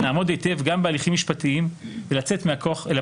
לעמוד היטב גם בהליכים משפטיים ולצאת מהכוח אל הפועל,